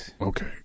okay